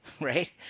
right